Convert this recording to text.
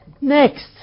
Next